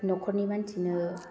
नखरनि मानसिनो